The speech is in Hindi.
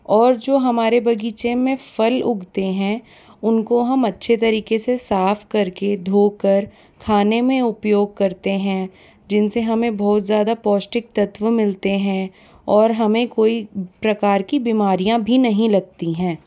और जो हमारे बगीचे में फल उगते हैं उनको हम अच्छे तरीके से साफ करके धोकर खाने में उपयोग करते हैं जिनसे हमें बहुत ज़्यादा पौष्टिक तत्व मिलते हैं और हमें कोई प्रकार की बीमारियाँ भी नहीं लगती हैं